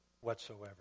whatsoever